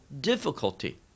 difficulty